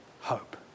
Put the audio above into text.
hope